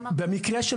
במקרה של